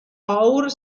our